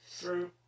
True